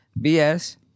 BS